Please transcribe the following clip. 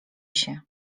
się